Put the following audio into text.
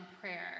prayer